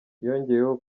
yongeyeho